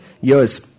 years